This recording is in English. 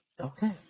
Okay